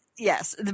Yes